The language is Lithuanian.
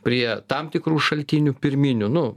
prie tam tikrų šaltinių pirminių nu